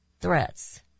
threats